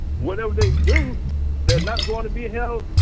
whatever they do they're not going to be a note.